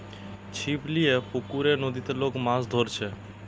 ছিপ লিয়ে পুকুরে, নদীতে লোক মাছ ধরছে